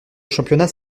championnat